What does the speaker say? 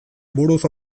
buruz